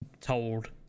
told